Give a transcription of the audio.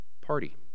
party